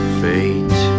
fate